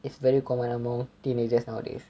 it's very common among teenagers nowadays